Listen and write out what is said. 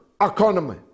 economy